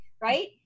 right